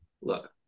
Look